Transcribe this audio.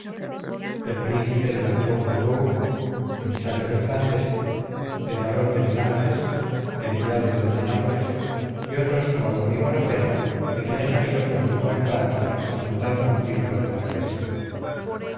el príncipe de la tour maubourg emisario del francés el barón de milanges enviado del de nápoles y otros como tu amigo rapella de quien he sabido que anduvo en francia ostentando un título de marqués